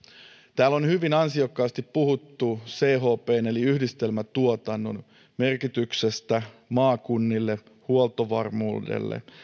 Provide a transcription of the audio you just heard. täällä on hyvin ansiokkaasti puhuttu chpn eli yhdistelmätuotannon merkityksestä maakunnille huoltovarmuudelle